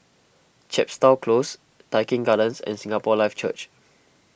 Chepstow Close Tai Keng Gardens and Singapore Life Church